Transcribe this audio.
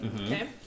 Okay